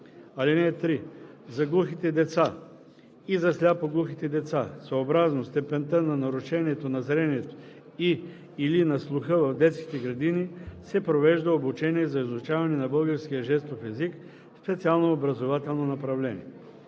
(3) За глухите деца и за сляпо-глухите деца съобразно степента на нарушението на зрението и/или на слуха в детските градини се провежда обучение за изучаване на българския жестов език в специално образователно направление.